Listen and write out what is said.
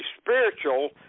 spiritual